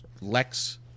Lex